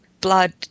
blood